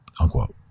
Unquote